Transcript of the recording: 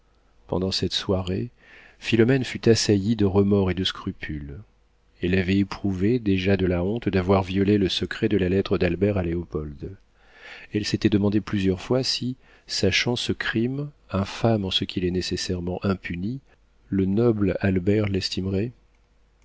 pendant cette soirée philomène fut assaillie de remords et de scrupules elle avait éprouvé déjà de la honte d'avoir violé le secret de la lettre d'albert à léopold elle s'était demandé plusieurs fois si sachant ce crime infâme en ce qu'il est nécessairement impuni le noble albert l'estimerait